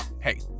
hey